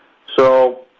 so